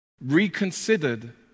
reconsidered